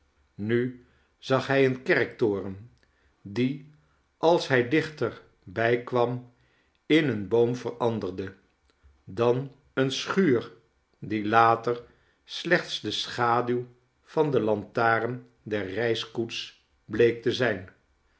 nu zag hij een kerktoren die als hij dichter bij kwam in een boom veranderde dan eene schuur die later slechts de schaduw van de lantaren der reiskoets bleek te zijn